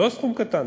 לא סכום קטן,